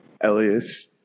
Elias